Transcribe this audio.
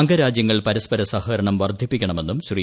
അംഗരാജ്യങ്ങൾ പരസ്പര സഹകരണം വർദ്ധിപ്പിക്കണമെന്നും ശ്രീ